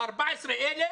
14,000